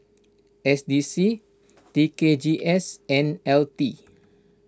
S D C T K G S and L T